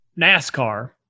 NASCAR